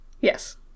yes